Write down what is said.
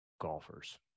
golfers